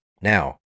Now